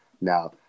Now